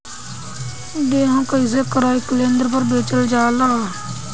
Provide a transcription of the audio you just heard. गेहू कैसे क्रय केन्द्र पर बेचल जाला?